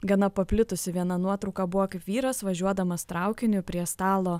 gana paplitusi viena nuotrauka buvo kaip vyras važiuodamas traukiniu prie stalo